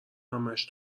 همش